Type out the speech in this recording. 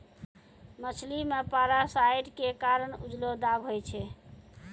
मछली मे पारासाइट क कारण उजलो दाग होय छै